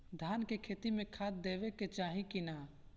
धान के खेती मे खाद देवे के चाही कि ना?